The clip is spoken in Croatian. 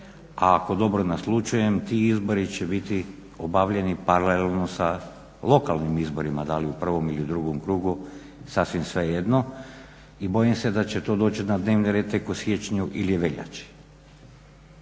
A ako dobro naslućujem ti izbori će biti obavljeni paralelno sa lokalnim izborima, da li u prvom ili drugom krugu sasvim svejedno. I bojim se da će to doći na dnevni red tek u siječnju ili veljači.